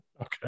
Okay